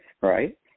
Right